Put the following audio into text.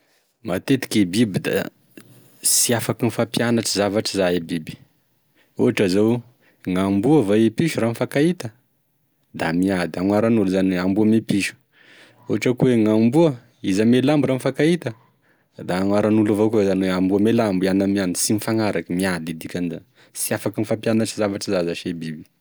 Matetiky e biby da sy afaky mifampianatry zavatry zay e biby. Ohatra zao gn'amboa va e piso raha mifakahita da miady, agnoaran'olo zany gn'amboa ame piso, ohatra koa gn'amboa izy ame lambo raha mifakahita da agnoharan'olo avao koa zany hoe amboa ame lambo iano ame iano, sy mifanaraky, miady e dikan'izany sy afaky mifampianatry zavatry zany zash e biby.